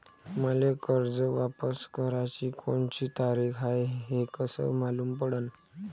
मले कर्ज वापस कराची कोनची तारीख हाय हे कस मालूम पडनं?